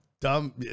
dumb